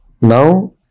now